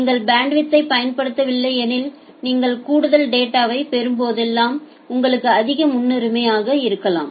நீங்கள் பேண்ட்வித்யை பயன்படுத்தவில்லை எனில் நீங்கள் கூடுதல் டேட்டாவை பெறும்போதெல்லாம் உங்களுக்கு அதிக முன்னுரிமை ஆக இருக்கலாம்